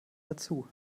dazu